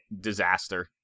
disaster